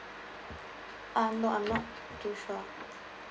uh no I'm not too sure